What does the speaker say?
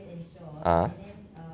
ah